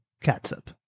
catsup